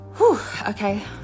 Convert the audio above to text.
okay